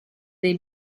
dei